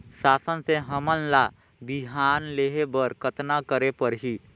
शासन से हमन ला बिहान लेहे बर कतना करे परही?